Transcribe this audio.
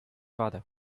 father